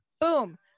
boom